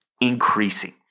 increasing